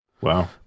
Wow